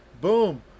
Boom